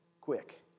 quick